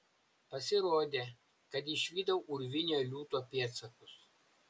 pasirodė kad išvydau urvinio liūto pėdsakus